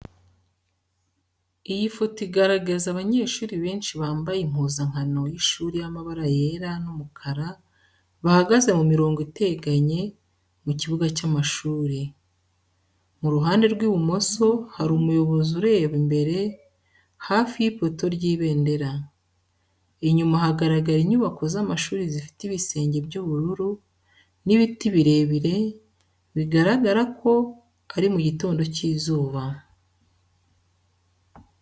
Iyi foto igaragaza abanyeshuri benshi bambaye impuzankano y’ishuri y’amabara yera n’umukara bahagaze mu mirongo iteganye ku kibuga cy’amashuri. Mu ruhande rw’ibumoso hari umuyobozi ureba imbere, hafi y’ipoto ry’ibendera. Inyuma hagaragara inyubako z’amashuri zifite ibisenge by’ubururu n’ibiti birebire, bigaragara ko ari mu gitondo cy’izuba.